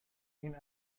این